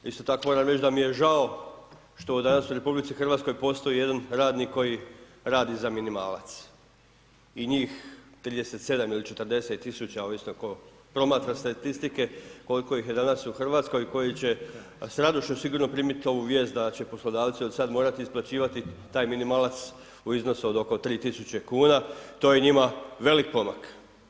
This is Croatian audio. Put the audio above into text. Isto tako moram reći da mi je žao što danas u RH postoji jedan radnik radi za minimalac i njih 37 ili 40 000, ovisno tko promatra statistike, koliko ih je danas u RH koji će s radošću sigurno primiti ovu vijest da će poslodavci od sada morati isplaćivati taj minimalac u iznosu od oko 3.000,00 kn, to je njima velik pomak.